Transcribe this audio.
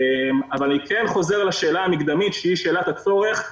אבל אני חוזר אל השאלה המקדמית שהיא שאלת הצורך.